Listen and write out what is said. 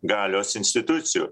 galios institucijų